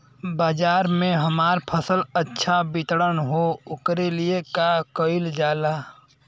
बाजार में हमार फसल अच्छा वितरण हो ओकर लिए का कइलजाला?